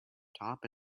top